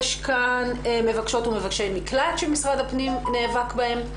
יש כאן מבקשות ומבקשי מקלט שמשרד הפנים נאבק בהם.